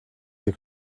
sie